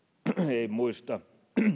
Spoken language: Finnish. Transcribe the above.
ei muista